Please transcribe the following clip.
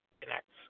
connects